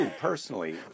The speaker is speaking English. personally